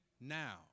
now